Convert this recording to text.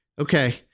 Okay